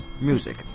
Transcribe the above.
Music